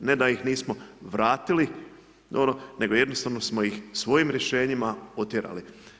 Ne da ih nismo vratili nego jednostavno smo ih svojim rješenjima otjerali.